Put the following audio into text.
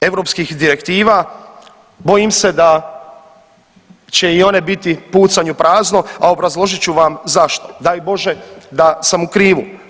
europskih direktiva bojim se da će i one biti pucanje u prazno, a obrazložit ću vam zašto, daj Bože da sam u krivu.